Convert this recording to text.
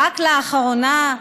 רק לאחרונה,